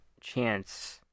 chance